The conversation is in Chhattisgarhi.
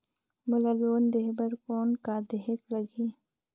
मोला लोन लेहे बर कौन का देहेक लगही?